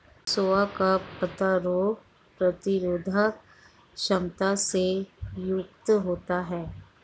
सोआ का पत्ता रोग प्रतिरोधक क्षमता से युक्त होता है